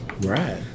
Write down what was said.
Right